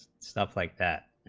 stuff like that,